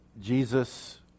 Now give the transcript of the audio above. Jesus